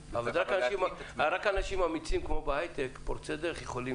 רק אנשים אמיצים, כמו בהיי-טק, יכולים